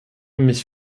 mich